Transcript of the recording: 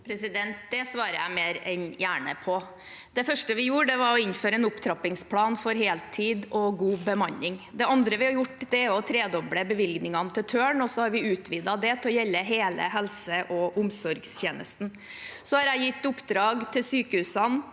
Det svarer jeg mer enn gjerne på. Det første vi gjorde, var å innføre en opptrappingsplan for heltid og god bemanning. Det andre vi har gjort, er å tredoble bevilgningene til Tørn, og så har vi utvidet det til å gjelde hele helse- og omsorgstjenesten. Jeg har gitt oppdrag til sykehusene